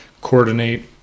coordinate